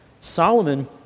Solomon